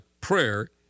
prayer